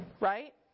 Right